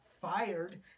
fired